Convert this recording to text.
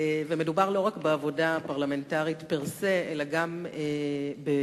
ומדובר לא רק בעבודה הפרלמנטרית פר-סה אלא גם ברוח